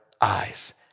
eyes